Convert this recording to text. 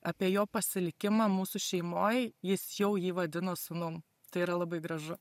apie jo pasilikimą mūsų šeimoj jis jau jį vadino sūnum tai yra labai gražu